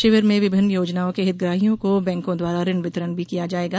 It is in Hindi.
शिविर में विभिन्न योजनाओं के हितग्राहियों को बैंकों द्वारा ऋण वितरण भी किया जायेगा